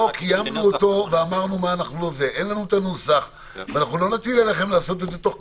אם זה רק שינוי נוסח נעשה אותו.